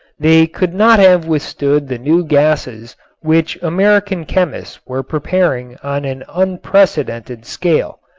they could not have withstood the new gases which american chemists were preparing on an unprecedented scale.